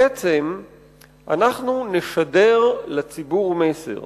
בעצם אנחנו נשדר לציבור מסר